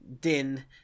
Din